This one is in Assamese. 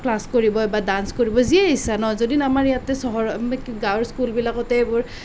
ক্লাছ কৰিব বা ডাঞ্চ কৰিব যি ইচ্ছা নহওক যদি নামাৰে ইয়াতে চহৰ গাঁৱৰ স্কুলবিলাকতে এইবোৰ